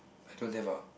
I don't have ah